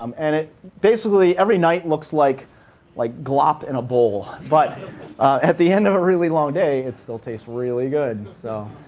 um and basically every night looks like like glop in a bowl, but at the end of a really long day, it still tastes really good. so